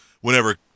whenever